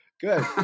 Good